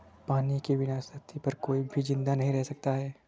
पानी के बिना इस धरती पर कोई भी जिंदा नहीं रह सकता है